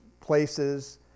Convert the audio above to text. places